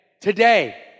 Today